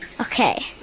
Okay